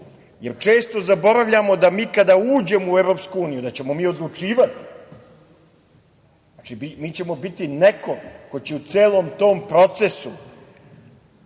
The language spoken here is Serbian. jer često zaboravljamo da mi kada uđemo u EU, da ćemo mi odlučivati. Mi ćemo biti neko ko će u celom tom procesu